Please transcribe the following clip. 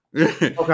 Okay